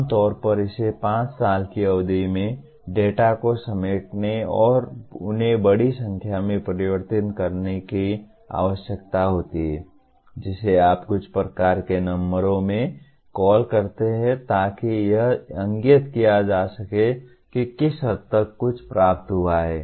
आम तौर पर इसे 5 साल की अवधि में डेटा को समेटने और उन्हें बड़ी संख्या में परिवर्तित करने की आवश्यकता होती है जिसे आप कुछ प्रकार के नंबरों में कॉल करते हैं ताकि यह इंगित किया जा सके कि किस हद तक कुछ प्राप्त हुआ है